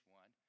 one